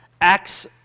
acts